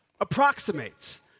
approximates